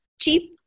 cheap